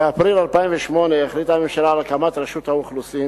באפריל 2008 החליטה הממשלה על הקמת רשות האוכלוסין,